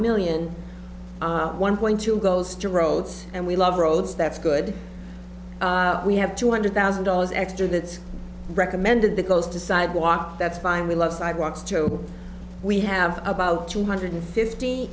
million one point two goes to roads and we love roads that's good we have two hundred thousand dollars extra that's recommended that goes to sidewalk that's fine we love sidewalks joe we have about two hundred fifty